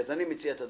אני מציע שנשב